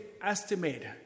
estimate